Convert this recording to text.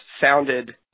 sounded